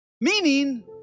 Meaning